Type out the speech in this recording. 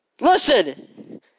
Listen